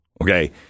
Okay